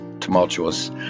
tumultuous